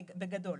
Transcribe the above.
בגדול.